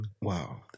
Wow